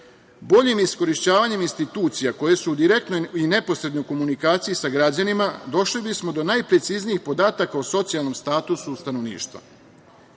Boljim iskorišćavanjem institucija koje su u direktnoj i neposrednoj komunikaciji sa građanima došli bismo na najpreciznijih podataka o socijalnom statusu stanovništva. Mesne